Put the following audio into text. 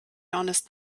honest